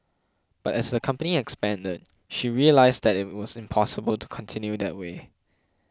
but as the company expanded she realised that it was impossible to continue that way